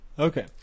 Okay